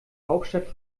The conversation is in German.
hauptstadt